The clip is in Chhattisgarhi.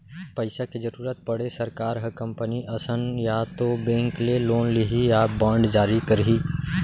पइसा के जरुरत पड़े सरकार ह कंपनी असन या तो बेंक ले लोन लिही या बांड जारी करही